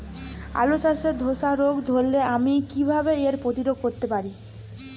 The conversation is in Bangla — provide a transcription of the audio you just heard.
আলু চাষে ধসা রোগ ধরলে আমি কীভাবে এর প্রতিরোধ করতে পারি?